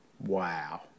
Wow